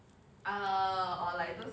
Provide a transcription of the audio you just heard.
uh or like you know